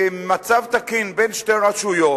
במצב תקין בין שתי רשויות,